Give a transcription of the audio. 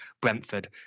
Brentford